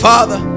Father